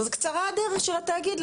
אז קצרה הדרך של התאגיד.